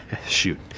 Shoot